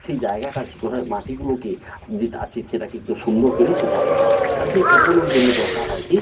সেই জায়গাটার কী করা হয় মাটিগুলোকে যে আছে সেটাকে তো সুন্দর করে কোপাতে হয় তালে সেই কোপানোর জন্য দরকার হয় কী